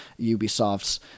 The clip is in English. Ubisoft's